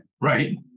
Right